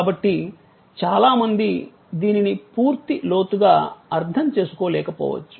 కాబట్టి చాలా మంది దీనిని పూర్తి లోతుగా అర్థం చేసుకోలేకపోవచ్చు